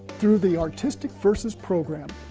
through the artistic verses program,